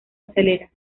acelera